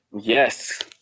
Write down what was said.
yes